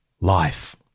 life